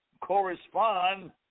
correspond